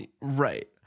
Right